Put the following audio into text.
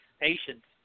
patience